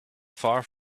far